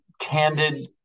candid